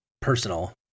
personal